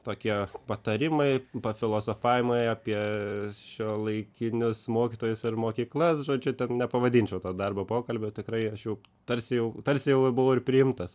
tokie patarimai pafilosofavimai apie šiuolaikinius mokytojus ar mokyklas žodžiu nepavadinčiau to darbo pokalbiu tikrai aš jau tarsi jau tarsi jau buvo ir priimtas